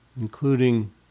including